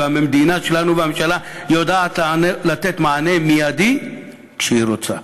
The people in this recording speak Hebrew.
במדינה שלנו הממשלה יודעת לתת מענה מיידי כשהיא רוצה.